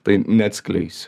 tai neatskleisiu